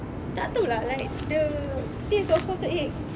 there are two lah like the salted egg